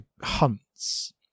hunts